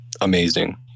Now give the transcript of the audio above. amazing